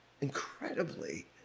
incredibly